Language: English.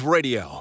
Radio